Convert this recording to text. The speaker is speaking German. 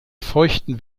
feuchten